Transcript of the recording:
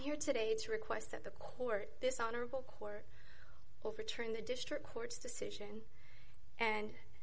here today to request that the court this honorable court overturn the district court's decision and